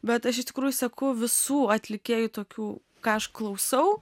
bet aš iš tikrųjų seku visų atlikėjų tokių ką aš klausau